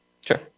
sure